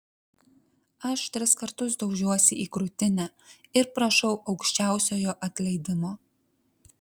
aš tris kartus daužiuosi į krūtinę ir prašau aukščiausiojo atleidimo